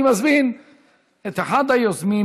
אני מזמין את אחד היוזמים